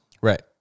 Right